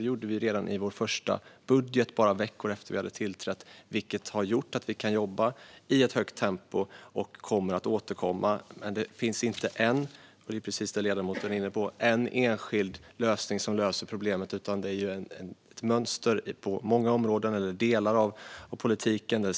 Det gjorde vi redan i vår första budget bara veckor efter att vi tillträtt, vilket har gjort att vi kan jobba i högt tempo och kommer att återkomma. Det finns inte, som ledamoten är inne på, en enskild lösning på problemet, utan det handlar om ett mönster inom många delar av politiken.